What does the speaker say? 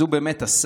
הוא כבר עשה